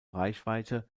reichweite